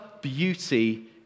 beauty